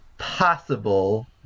possible